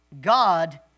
God